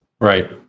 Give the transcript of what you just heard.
Right